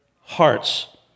hearts